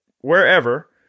wherever